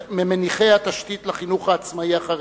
ממניחי התשתית לחינוך העצמאי החרדי,